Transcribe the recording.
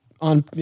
on